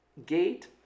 gate